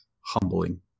humbling